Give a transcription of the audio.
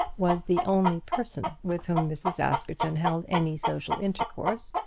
was the only person with whom mrs. askerton held any social intercourse,